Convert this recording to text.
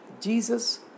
Jesus